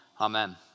Amen